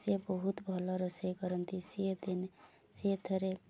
ସିଏ ବହୁତ ଭଲ ରୋଷେଇ କରନ୍ତି ସିଏ ଦିନେ ସିଏ ଥରେ